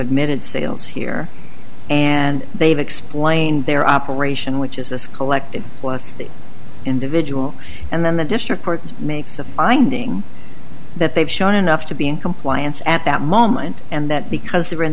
admitted sales here and they've explained their operation which is this collective plus the individual and then the district court makes a finding that they've shown enough to be in compliance at that moment and that because they're in